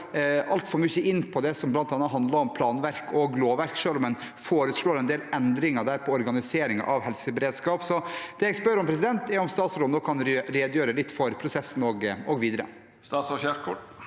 går så mye inn på det som handler om bl.a. planverk og lovverk, selv om en foreslår en del endringer på organisering av helseberedskap. Det jeg spør om, er om statsråden kan redegjøre litt for prosessen videre.